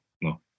no